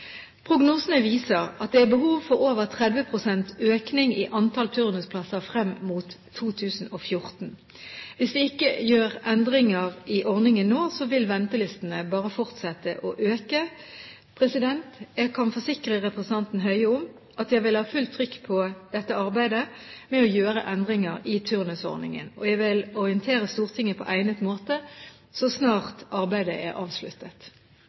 Prognosene viser at det er behov for over 30 pst. økning i antall turnusplasser frem mot 2014. Hvis vi ikke gjør endringer i ordningen nå, vil ventelistene bare fortsette å øke. Jeg kan forsikre representanten Høie om at jeg vil ha fullt trykk på arbeidet med å gjøre endringer i turnusordningen. Jeg vil orientere Stortinget på egnet måte så snart arbeidet er avsluttet.